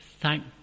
thank